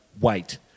wait